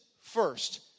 first